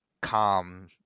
calm